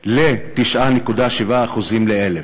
ל-1,000 ל-9.7% ל-1,000.